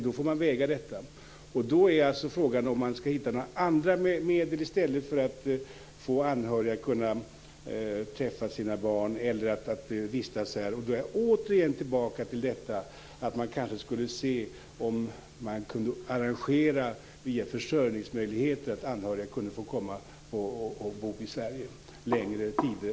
Det får man väga in. Då är frågan om man kan hitta andra medel för att få anhöriga att kunna träffa sina barn eller vistas här. Jag kommer återigen tillbaka till att man kanske borde se om man via försörjningsmöjligheter kunde arrangera det så att anhöriga kunde få komma och bo i Sverige längre tider.